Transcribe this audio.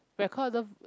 record the